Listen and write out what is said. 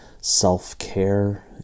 self-care